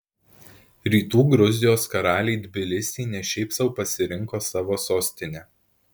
rytų gruzijos karaliai tbilisį ne šiaip sau pasirinko savo sostine